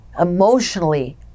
emotionally